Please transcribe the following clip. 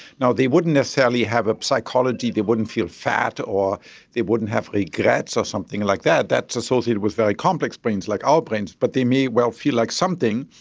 now, they wouldn't necessarily have a psychology, they wouldn't feel fat or they wouldn't have regrets or something like that, that's associated with very complex brains like our brains, but they may feel like something.